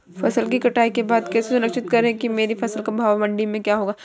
फसल की कटाई के बाद कैसे सुनिश्चित करें कि मेरी फसल का भाव मंडी में क्या होगा?